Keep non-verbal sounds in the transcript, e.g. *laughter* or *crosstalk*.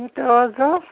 *unintelligible*